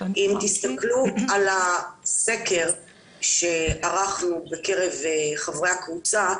אם תסתכלו על הסקר שערכנו בקרב חברי הקבוצה,